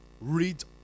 read